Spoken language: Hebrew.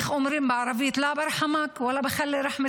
איך אומרים בערבית (אומרת בשפה הערבית.)